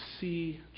see